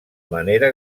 manera